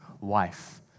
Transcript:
wife